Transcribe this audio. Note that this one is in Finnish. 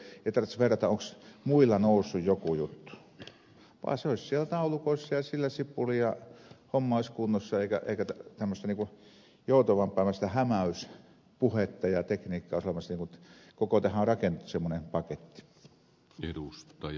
ei tarvitsisi verrata onko muilla noussut joku juttu vaan se olisi siellä taulukoissa ja sillä sipuli ja homma olisi kunnossa eikä tämmöistä joutavanpäiväistä hämäyspuhetta ja tekniikkaa olisi olemassa niin kuin tähän on rakennettu semmoinen paketti